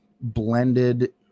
blended